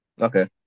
Okay